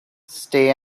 stay